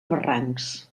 barrancs